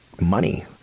money